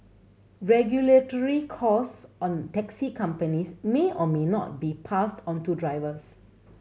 regulatory cost on taxi companies may or may not be passed onto drivers